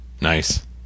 Nice